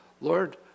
Lord